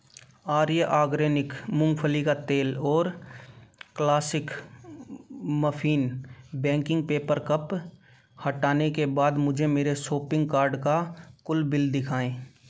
आर्य organic मूँगफली का तेल और classic muffin baking paper cup हटाने के बाद मुझे मेरे सोपिंग कार्ड का कुल बिल दिखाएँ